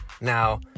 Now